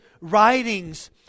writings